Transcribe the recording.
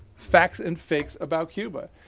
facts and fakes about cuba.